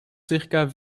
circa